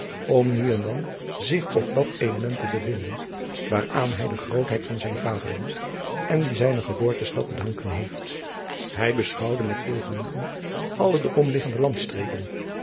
om nu en dan zich op dat element te bevinden waaraan hij de grootheid van zijn vaderland en die zijner geboortestad te danken heeft hij beschouwde met veel genoegen alle de omliggende